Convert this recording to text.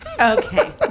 Okay